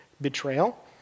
betrayal